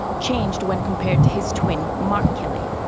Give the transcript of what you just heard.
changed when compared to his twin, mark kelly.